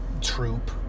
troop